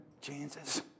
chances